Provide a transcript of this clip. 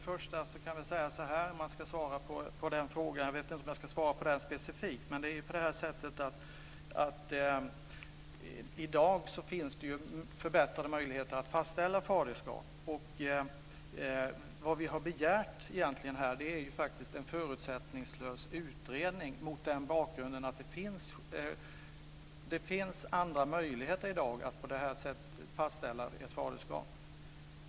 Fru talman! I dag finns det ju förbättrade möjligheter att fastställa faderskap. Vad vi har begärt är en förutsättningslös utredning, och det har vi gjort mot den bakgrunden att det finns andra möjligheter i dag att fastställa ett faderskap.